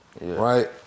Right